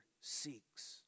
seeks